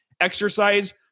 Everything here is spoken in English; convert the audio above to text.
exercise